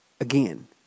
again